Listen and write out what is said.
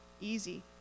easy